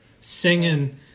Singing